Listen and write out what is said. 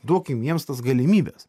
duokim jiems tas galimybes